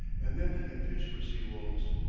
and then he can fish for sea-wolves.